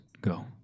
go